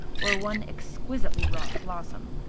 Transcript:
or one exquisitely wrought blossom.